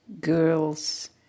Girls